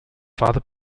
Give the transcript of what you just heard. father